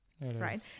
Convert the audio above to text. right